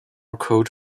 code